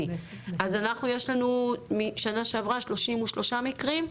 אנחנו יש לנו משנה שעברה 33 מקרים?